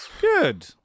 Good